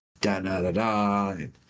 da-da-da-da